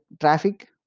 traffic